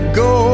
go